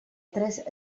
tres